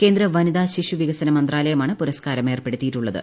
കേന്ദ്ര വനിതാ വികസന മന്ത്രാലയമാണ് ശിശു പുരസ്കാരം ഏർപ്പെടുത്തിയിട്ടുള്ളത്